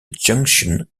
junction